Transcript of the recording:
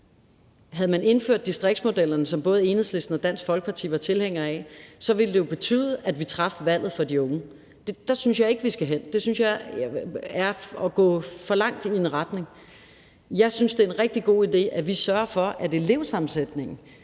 Havde man indført distriktsmodellerne, som både Enhedslisten og Dansk Folkeparti var tilhængere af, ville det jo have betydet, at vi traf et valg for de unge. Der synes jeg ikke vi skal hen. Det synes jeg er at gå for langt i den retning. Jeg synes, det er en rigtig god idé, at vi sørger for, at elevsammensætningen